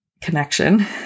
connection